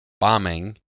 bombing